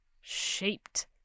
shaped